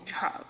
job